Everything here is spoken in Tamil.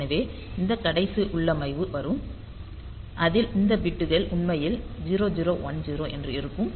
எனவே இந்த கடைசி உள்ளமைவு வரும் அதில் இந்த பிட்கள் உண்மையில் 0010 என்று இருக்கும்